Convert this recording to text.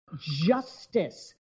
justice